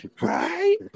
right